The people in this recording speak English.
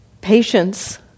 Patience